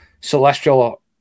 celestial